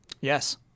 Yes